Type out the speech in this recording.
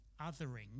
othering